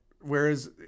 whereas